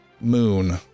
moon